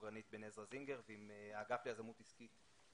גרנית בן עזרא זינגר ועם האגף ליזמות עסקית,